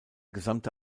gesamte